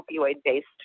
opioid-based